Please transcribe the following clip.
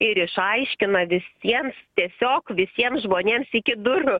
ir išaiškina visiems tiesiog visiems žmonėms iki durų